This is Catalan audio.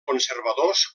conservadors